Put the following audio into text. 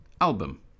album